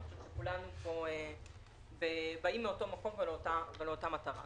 כולנו פה באים מאותו מקום ולאותה מטרה.